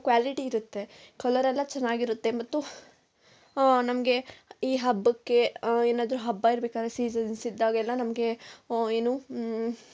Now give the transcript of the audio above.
quality ಇರುತ್ತೆ ಕಲರೆಲ್ಲ ಚೆನ್ನಾಗಿರುತ್ತೆ ಮತ್ತು ನಮಗೆ ಈ ಹಬ್ಬಕ್ಕೆ ಏನಾದ್ರು ಹಬ್ಬ ಇರಬೇಕಾದ್ರೆ ಸೀಸನ್ಸ್ ಇದ್ದಾಗ ಎಲ್ಲ ನಮಗೆ ಏನು